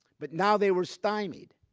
but now they were stymied.